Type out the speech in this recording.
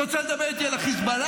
אתה רוצה לדבר איתי על החיזבאללה?